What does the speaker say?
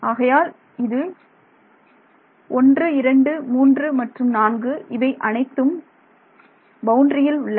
ஆகையால் இது என்று என் 1 2 3 மற்றும் 4 இவை அனைத்தும் பவுண்டரியில் உள்ளன